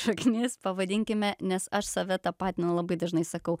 šaknis pavadinkime nes aš save tapatinu labai dažnai sakau